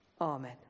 Amen